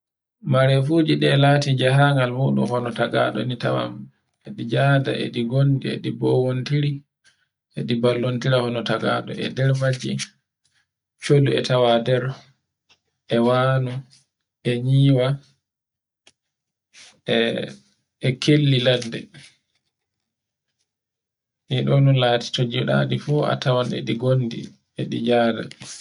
Marefuji e lati jahangal muɗum hono tagaɗo ni tawan e ɗi jada e ɗi gondi e ɗi bowentiri e ɗi ballontira wona tagaɗo e nder majji, sholli tawa nder, e wani, e nyiwa, e kelli ladde. E do no lati to njiɗande fu e ɗi gondi e ɗi jada